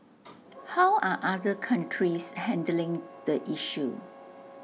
how are other countries handling the issue